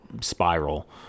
spiral